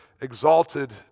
exalted